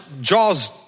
jaws